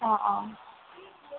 অঁ অঁ